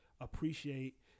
appreciate